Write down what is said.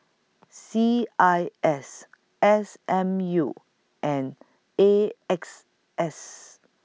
C I S S M U and A X S